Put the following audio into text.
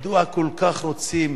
מדוע כל כך רוצים